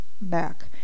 back